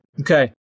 Okay